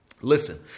Listen